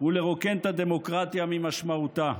ולרוקן את הדמוקרטיה ממשמעותה.